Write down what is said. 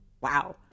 wow